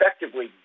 effectively